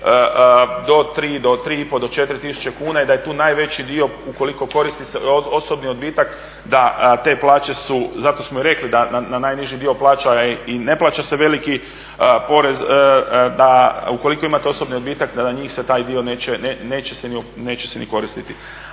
do 4000 kuna i da je tu najveći dio ukoliko koristi se osobni odbitak da te plaće su, zato smo i rekli da na najniži dio plaća i ne plaća se veliki porez, da ukoliko imate osobni odbitak na njih se taj dio neće se ni koristiti.